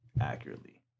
accurately